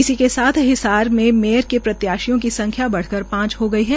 इसी के साथ हिसार मे मेयर के प्रत्याशियों की संख्या बढ़कर पांच हो गई है